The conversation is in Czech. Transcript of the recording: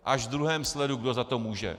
Až v druhém sledu, kdo za to může.